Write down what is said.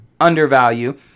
undervalue